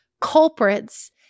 culprits